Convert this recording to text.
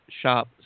shop